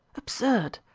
absurd!